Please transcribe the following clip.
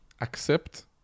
accept